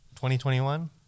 2021